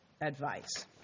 advice